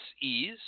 ease